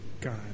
God